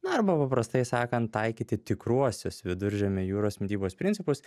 na arba paprastai sakant taikyti tikruosius viduržemio jūros mitybos principus